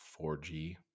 4G